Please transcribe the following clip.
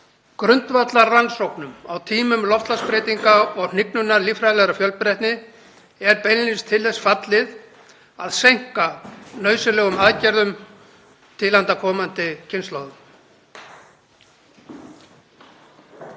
grundvallarrannsóknum á tímum loftslagsbreytinga og hnignunar líffræðilegrar fjölbreytni er beinlínis til þess fallið að seinka nauðsynlegum aðgerðum til handa komandi kynslóðum.